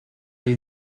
hay